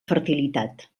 fertilitat